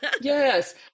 Yes